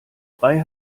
frei